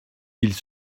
ils